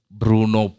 bruno